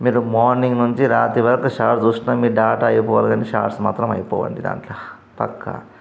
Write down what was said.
మీరు మార్నింగ్ నుంచి రాత్రి వరకు షార్ట్స్ చూసిన మీ డాటా అయిపోవాలి కానీ షార్ట్స్ మాత్రం అయిపోవు అండి దాంట్లో పక్కా